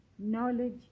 knowledge